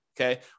okay